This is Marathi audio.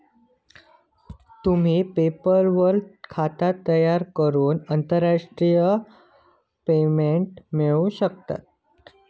तुम्ही पेपल वर खाता तयार करून आंतरराष्ट्रीय पेमेंट मिळवू शकतास